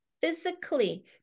physically